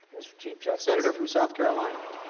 was to just senator from south carolina,